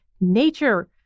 nature